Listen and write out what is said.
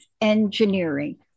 engineering